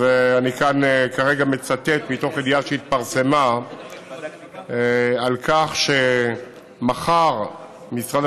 אז אני מצטט כרגע מתוך ידיעה שהתפרסמה על כך שמחר משרד